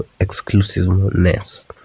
exclusiveness